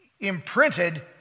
imprinted